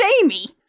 Jamie